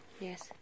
Yes